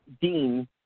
Dean